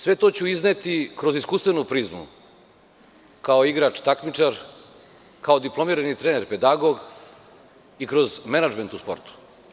Sve to ću izneti kroz iskustvenu prizmu, kao igrač takmičar, kao diplomirani trener pedagog i kroz menadžment u sportu.